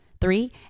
Three